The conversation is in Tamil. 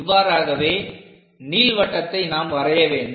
இவ்வாறாகவே நீள்வட்டத்தை நாம் வரைய வேண்டும்